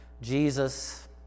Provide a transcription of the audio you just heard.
Jesus